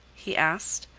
he asked.